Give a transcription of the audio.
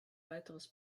weiteres